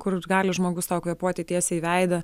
kur gali žmogus tau kvėpuoti tiesiai į veidą